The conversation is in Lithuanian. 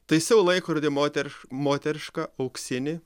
taisiau laikrodį moterš moterišką auksinį